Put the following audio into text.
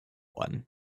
one